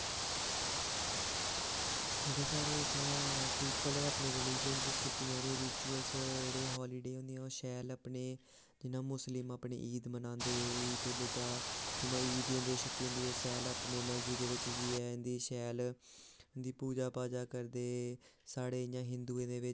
जेह्ड़े साढ़े इत्थें पीपल ऐ अपनी रीलिज़न दियां छुट्टियां जेह्ड़ियां रीचुअल्स जेह्ड़ियां हॉलीडे होंदियां ओह् शैल अपने जियां मुस्लिम अपनी ईद मनांदे ईद उल दाह कन्नै ईद दियां छुट्टियां होंदियां शैल अपने मस्जिद दे बिच्च जाइयै इं'दी शैल इंदी पूजा पाजा करदे साढ़े इयां हिंदुएं दे बिच्च